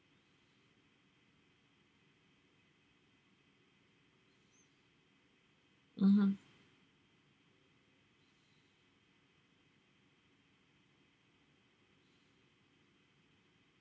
mmhmm